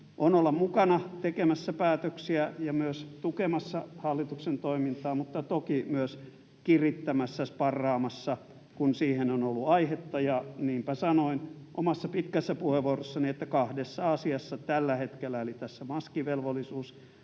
on olla mukana tekemässä päätöksiä ja myös tukemassa hallituksen toimintaa mutta toki myös kirittämässä, sparraamassa, kun siihen on ollut aihetta. Niinpä sanoin omassa pitkässä puheenvuorossani, että kahdessa asiassa tällä hetkellä — maskivelvollisuusasiassa